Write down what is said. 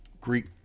Greek